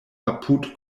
apud